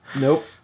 nope